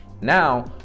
Now